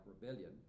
rebellion